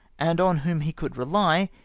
and on whom he could rely,